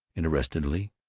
interestedly,